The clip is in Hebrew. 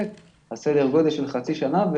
סדר גודל של חצי שנה,